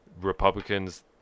Republicans